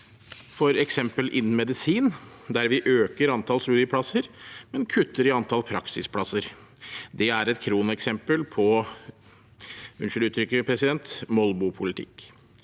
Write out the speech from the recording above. f.eks. innen medisin, der vi øker antall studieplasser, men kutter i antall praksisplasser. Det er et kroneksempel på –